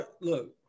Look